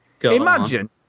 Imagine